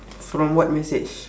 from what message